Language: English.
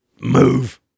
move